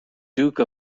duke